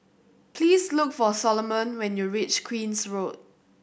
please look for Soloman when you reach Queen's Road